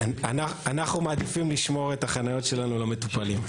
אנחנו מעדיפים לשמור את החניות שלנו למטופלים.